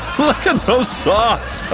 look at those socks!